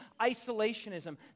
isolationism